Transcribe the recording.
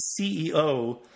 CEO